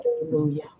Hallelujah